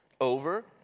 over